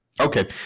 okay